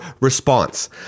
response